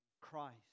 Christ